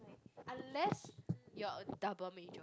unless you're a double major